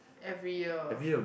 every year